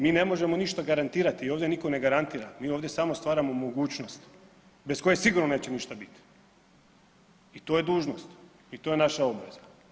Mi ne možemo ništa garantirati i ovdje nitko ne garantira, mi ovdje samo stvaramo mogućnost bez koje sigurno neće ništa biti i to je dužnost i to je naša obaveza.